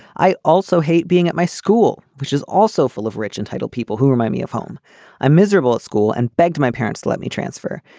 i also hate being at my school which is also full of rich entitled people who remind me of home i'm miserable at school and begged my parents to let me transfer.